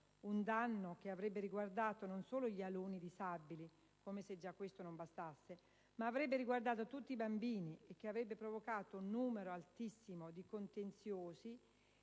Un danno che avrebbe riguardato non solo gli alunni disabili (come se già questo non bastasse!) ma tutti i bambini e che avrebbe provocato un numero altissimo di contenziosi,